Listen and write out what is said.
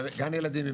גן ילדים,